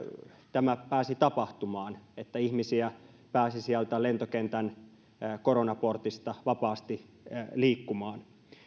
tämä pääsi tapahtumaan että ihmisiä pääsi sieltä lentokentän koronaportista vapaasti liikkumaan